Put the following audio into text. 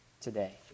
today